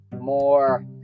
more